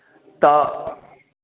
तऽ